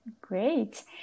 Great